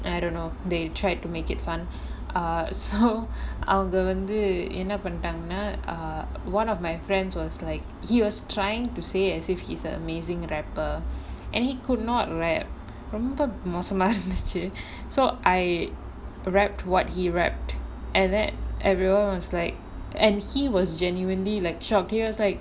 I don't know they tried to make it fun ah so அவங்க வந்து என்ன பண்டாங்கனா:avanga vanthu enna pantaangannaa ah one of my friends was like he was trying to say as if he's an amazing rapper and he could not rap ரொம்ப மோசமா இருந்துச்சு:romba mosamaa irunthuchu so I rapped what he rapped and that everyone's like and he was genuinely like shocked he was like